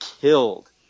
killed